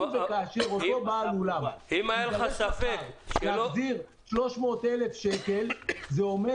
אם וכאשר ייקבע שאותו בעל אולם יצטרך להחזיר 300,000 שקל זה אומר